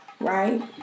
right